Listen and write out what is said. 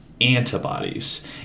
antibodies